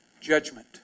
Judgment